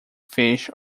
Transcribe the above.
fish